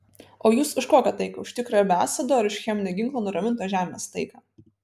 o jūs už kokią taiką už tikrąją be assado ar už cheminio ginklo nuramintos žemės taiką